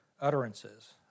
utterances